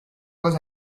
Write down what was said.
was